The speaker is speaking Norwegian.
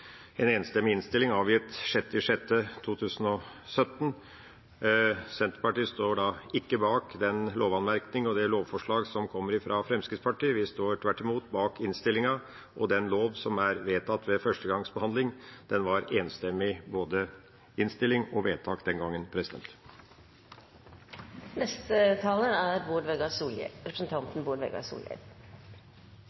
en enstemmig komité, en enstemmig innstilling og et enstemmig vedtak. Innstillinga ble avgitt 6. juni 2017. Senterpartiet står ikke bak lovanmerkningen og lovforslaget som kommer fra Fremskrittspartiet. Vi står tvert imot bak innstillinga og den lov som ble vedtatt ved første gangs behandling. Både innstillinga og vedtaket var enstemmige den gangen.